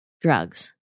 drugs